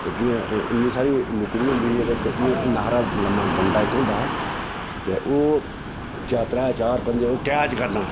इ'न्नी सारी लुकड़ी होंदी ही ते इक इ'यां इ'न्ना हारा लम्मा डंडा इक होंदा हा ते ओह् चा त्रै चार पंज ओह् कैच करना